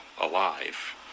alive